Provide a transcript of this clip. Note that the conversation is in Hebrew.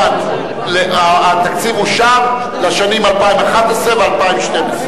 התקציב אושר לשנים 2011 ו-2012.